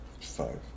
Five